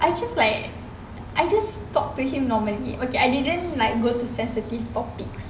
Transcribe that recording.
I just like I just talk to him normally okay I didn't like go to sensitive topics